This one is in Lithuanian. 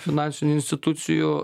finansinių institucijų